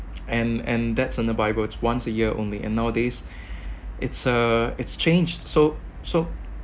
and and that's in the bible it's once a year only and nowadays it's uh it's changed so so